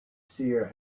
seer